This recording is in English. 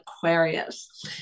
Aquarius